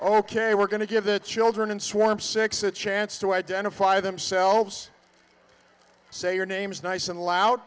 ok we're going to give the children swarm sex a chance to identify themselves say your name is nice and loud